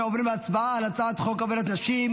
אנו עוברים להצבעה על הצעת חוק עבודת נשים